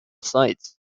sites